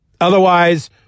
Otherwise